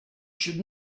should